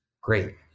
great